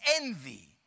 envy